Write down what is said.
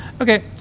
Okay